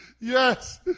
Yes